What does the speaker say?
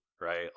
right